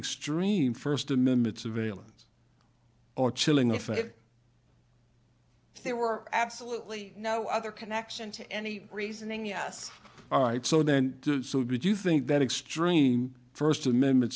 extreme st amendment surveillance or chilling effect if they were absolutely no other connection to any reasoning yes all right so then so did you think that extreme st amendment